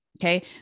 Okay